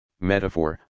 metaphor